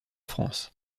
france